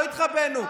לא התחבאנו,